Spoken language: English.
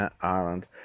Ireland